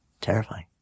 terrifying